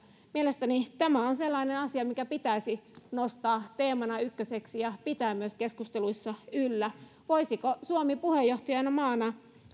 mielestäni tämä on sellainen asia mikä pitäisi nostaa teemana ykköseksi ja mitä pitäisi pitää myös keskusteluissa yllä voisiko suomi puheenjohtajamaana